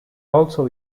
also